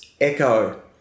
echo